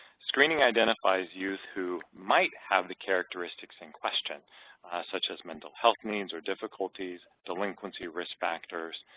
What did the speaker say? screening identifies youth who might have the characteristics in question such as mental health needs or difficulties, delinquency risk factors,